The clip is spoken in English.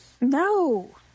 No